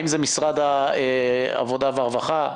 האם זה משרד העבודה והרווחה?